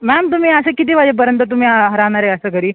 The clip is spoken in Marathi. मॅम तुम्ही असे किती वाजेपर्यंत तुम्ही राहणार आहे असं घरी